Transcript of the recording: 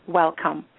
welcome